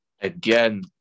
Again